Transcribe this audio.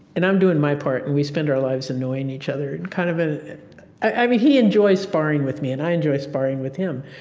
and i'm doing my part. and we spend our lives annoying each other and kind of. ah i mean, he enjoys sparring with me and i enjoy sparring with him.